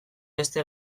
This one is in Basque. beste